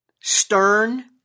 Stern